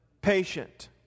patient